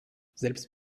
selbst